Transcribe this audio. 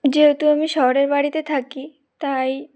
যেহেতু আমি শহরের বাড়িতে থাকি তাই